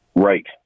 Right